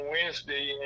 Wednesday